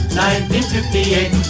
1958